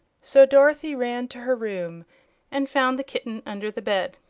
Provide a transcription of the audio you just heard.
so dorothy ran to her room and found the kitten under the bed.